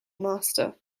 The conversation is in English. master